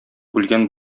үлгән